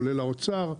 כולל האוצר,